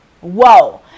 whoa